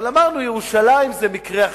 אבל אמרנו: ירושלים זה מקרה אחר.